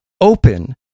open